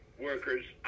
workers